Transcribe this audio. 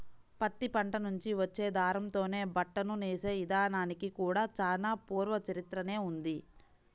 పత్తి పంట నుంచి వచ్చే దారంతోనే బట్టను నేసే ఇదానానికి కూడా చానా పూర్వ చరిత్రనే ఉంది